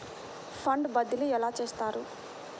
Fund బదిలీ ఎలా చేస్తారు?